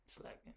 slacking